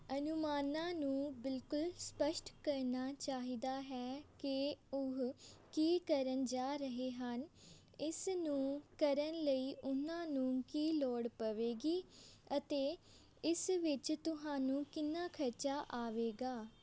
ਅਨੁਮਾਨਾਂ ਨੂੰ ਬਿਲਕੁਲ ਸਪਸ਼ਟ ਕਰਨਾ ਚਾਹੀਦਾ ਹੈ ਕਿ ਉਹ ਕੀ ਕਰਨ ਜਾ ਰਹੇ ਹਨ ਇਸ ਨੂੰ ਕਰਨ ਲਈ ਉਨ੍ਹਾਂ ਨੂੰ ਕੀ ਲੋੜ ਪਵੇਗੀ ਅਤੇ ਇਸ ਵਿੱਚ ਤੁਹਾਨੂੰ ਕਿੰਨਾ ਖਰਚਾ ਆਵੇਗਾ